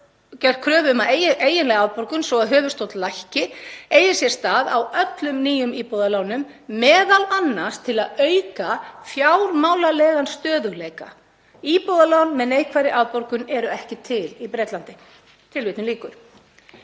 gert kröfu um að eiginleg afborgun svo að höfuðstóll lækki eigi sér stað á öllum nýjum íbúðalánum, m.a. til að auka fjármálalegan stöðugleika. Íbúðalán með neikvæðri afborgun eru ekki til í Bretlandi.“ Ef við drögum